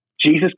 jesus